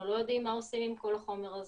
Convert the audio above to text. אנחנו לא יודעים מה עושים עם כל החומר הזה.